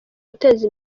guteza